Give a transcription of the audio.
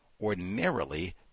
ordinarily